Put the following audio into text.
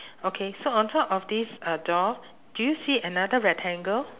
okay so on top of this uh door do you see another rectangle